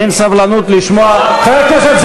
אין סבלנות לשמוע, גם אני.